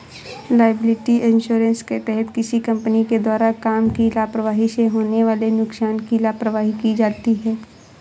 liability insurance के तहत किसी कंपनी के द्वारा काम की लापरवाही से होने वाले नुकसान की भरपाई की जाती है